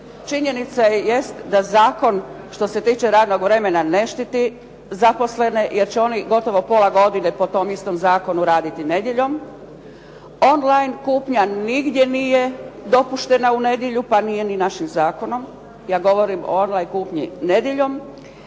Činjenica jest da Zakon što se tiče radnog vremena ne štiti zaposlene jer će oni gotovo pola godine po tom istom zakonu raditi nedjeljom. On line kupnja nigdje nije dopuštena u nedjelju, pa nije ni našim zakonom. Ja govorim o on line kupnji nedjeljom.